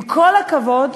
עם כל הכבוד,